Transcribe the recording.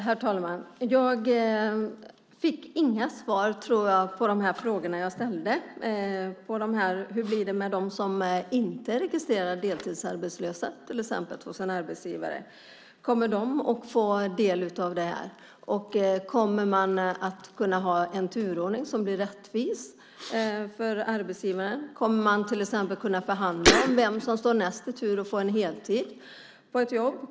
Herr talman! Jag tror inte att jag fick några svar på de frågor som jag ställde. Hur blir det till exempel med dem som inte är registrerade deltidsarbetslösa hos en arbetsgivare? Kommer de att få del av det här? Och kommer man att kunna ha en turordning som blir rättvis för arbetsgivaren? Kommer man till exempel att kunna förhandla om vem som står näst i tur att få en heltidstjänst på ett jobb?